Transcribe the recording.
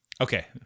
Okay